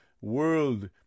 world